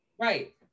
right